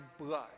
blood